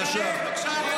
בבקשה.